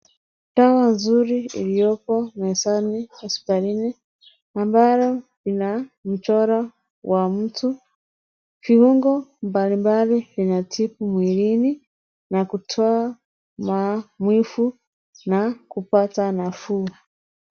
Dawa nzuri iliyoko mezani hospitalini ambalo ina mchoro wa mtu, viungo mbali mbali vina tibu mwilini na kutoa maumivu na kupata nafuu.